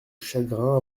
chagrin